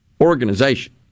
organization